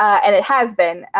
and it has been,